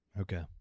Okay